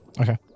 Okay